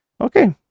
okay